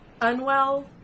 Unwell